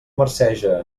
marceja